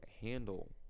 handle